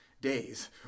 days